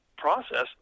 process